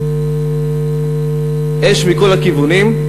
אש מכל הכיוונים,